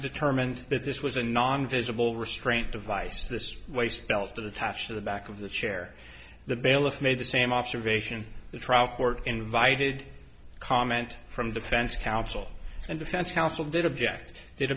determined that this was a non visible restraint device this way spells that attach to the back of the chair the bailiff made the same observation the trial court invited comment from defense counsel and defense counsel did object